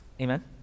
Amen